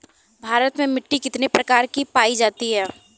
भारत में मिट्टी कितने प्रकार की पाई जाती हैं?